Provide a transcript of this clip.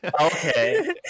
Okay